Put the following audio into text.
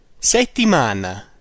Settimana